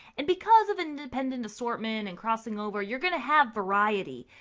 and because of independent assortment and crossing over, you're going to have variety.